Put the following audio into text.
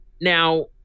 now